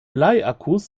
bleiakkus